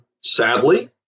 sadly